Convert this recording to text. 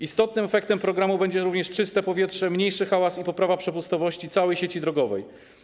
Istotnym efektem programu będzie również czyste powietrze, mniejszy hałas i poprawa przepustowości całej sieci drogowej.